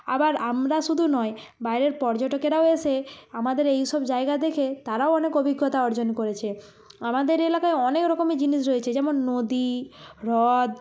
আবার আমরা শুধু নয় বাইরের পর্যটকেরাও এসে আমাদের এইসব জায়গা দেখে তারাও অনেক অভিজ্ঞতা অর্জন করেছে আমাদের এলাকায় অনেক রকমের জিনিস রয়েছে যেমন নদী হ্রদ